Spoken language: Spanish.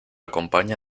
acompaña